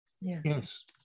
Yes